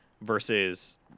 versus